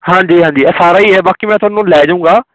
ਹਾਂਜੀ ਹਾਂਜੀ ਆਹ ਸਾਰਾ ਹੀ ਹੈ ਬਾਕੀ ਮੈਂ ਤੁਹਾਨੂੰ ਲੈ ਜੂਗਾ